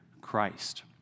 Christ